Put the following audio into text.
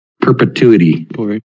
perpetuity